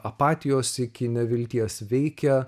apatijos iki nevilties veikia